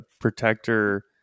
protector